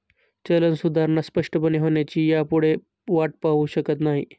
चलन सुधारणा स्पष्टपणे होण्याची ह्यापुढे वाट पाहु शकत नाही